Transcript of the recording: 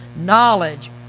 knowledge